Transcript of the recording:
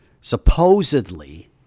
supposedly